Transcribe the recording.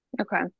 Okay